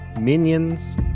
minions